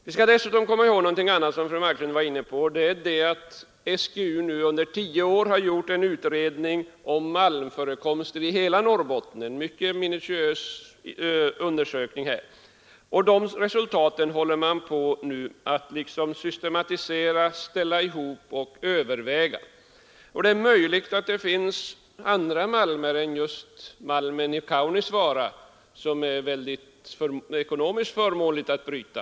Vi skall också komma ihåg — detta var fru Marklund inne på — att SGU nu i tio år i en mycket minutiös undersökning har utrett malmförekomster i hela Norrbotten. Resultatet håller man nu på att systematisera, ställa samman och överväga. Det är möjligt att det finns andra malmer än just den i Kaunisvaara som det är ekonomiskt förmånligt att bryta.